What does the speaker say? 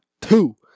two